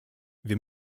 wir